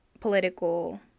political